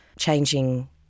Changing